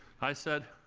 i said